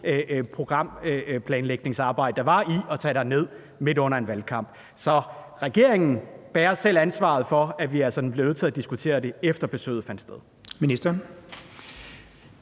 programplanlægningsarbejde, der var ved at tage derned midt under en valgkamp. Så regeringen bærer selv ansvaret for, at vi altså bliver nødt til at diskutere det, efter at besøget fandt sted.